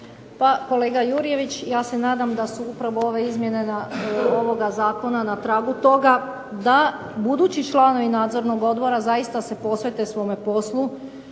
Pa kolega Jurjević ja se nadam da su upravo ove izmjene ovoga Zakona na tragu toga, da budući članovi nadzornih odbora se zaista posvete svojem poslu,